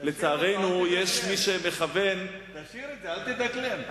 לצערנו יש מי שמכוון, תשיר את זה, אל תדקלם.